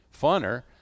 funner